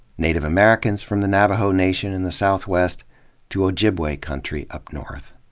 native americans from the navajo nation in the southwest to ojibwe country up north.